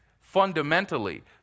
fundamentally